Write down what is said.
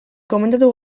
komentatu